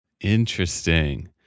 Interesting